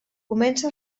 comença